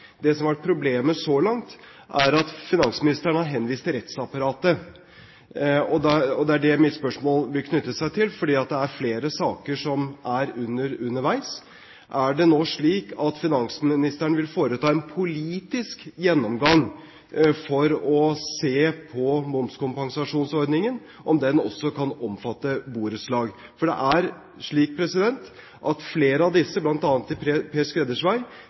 Det som har vært problemet så langt, er at finansministeren har henvist til rettsapparatet, og det er det mitt spørsmål knytter seg til, fordi det er flere saker som er underveis: Er det slik at finansministeren nå vil foreta en politisk gjennomgang for å se på momskompensasjonsordningen, om den også kan omfatte borettslag? For det er slik at flere av disse, bl.a. i Per